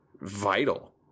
vital